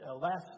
Last